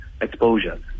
exposure